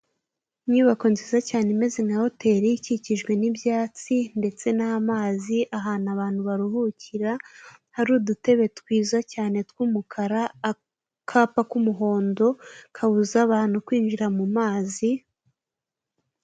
Inyubako nziza cyane imeze nka hoteli ikikijwe n'ibyatsi ndetse n'amazi, ahantu abantu baruhukira hari udutebe twiza cyane tw'umukara, akapa k'umuhondo kabuza abantu kwinjira mu mazi.